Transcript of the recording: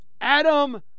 Adam